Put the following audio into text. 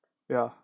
ya